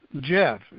Jeff